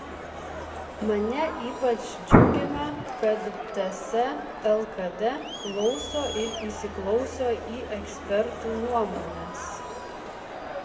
mane ypač džiugina kad ts lkd klauso ir įsiklauso į ekspertų nuomones